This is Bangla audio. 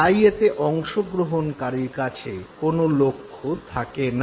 তাই এতে অংশগ্রহনকারীর কাছে কোনো লক্ষ্য থাকে না